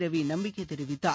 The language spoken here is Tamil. ரவி நம்பிக்கை தெரிவித்தார்